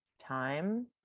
time